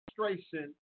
demonstration